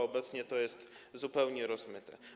Obecnie to jest zupełnie rozmyte.